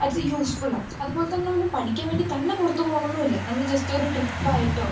അത് യൂസ്ഫുള്ളാണ് അതുപോലെതന്നെ ഒന്നും പഠിക്കാൻ വേണ്ടി തന്നെ പുറത്ത് പോകണമെന്നൊന്നും ഇല്ല നമ്മൾ ജസ്റ്റൊരു ട്രിപ്പായിട്ടോ